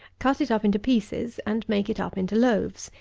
cut it up into pieces, and make it up into loaves,